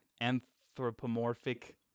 anthropomorphic